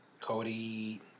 Cody